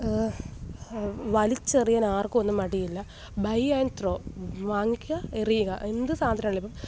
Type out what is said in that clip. വലിച്ചെറിയാന് ആര്ക്കും ഒന്നും മടിയില്ല ബൈ ആന്ഡ് ത്രോ വാങ്ങിക്കുക എറിയുക എന്ത് സാധനമാണെങ്കിലും അപ്പം